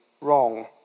wrong